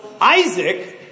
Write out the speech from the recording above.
Isaac